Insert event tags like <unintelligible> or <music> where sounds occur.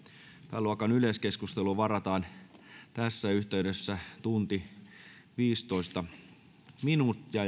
pääluokan yleiskeskusteluun varataan tässä yhteydessä yksi tunti ja viisitoista minuuttia <unintelligible>